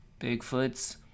Bigfoots